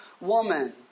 woman